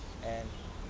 and